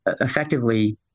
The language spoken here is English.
effectively